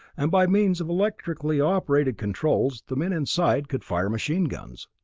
and by means of electrically operated controls the men inside could fire machine guns.